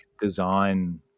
design